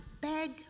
beg